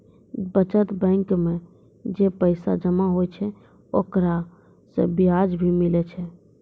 बचत बैंक मे जे पैसा जमा होय छै ओकरा से बियाज भी मिलै छै